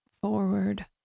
forward